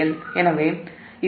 எனவே இது Z2 I2 Va2 0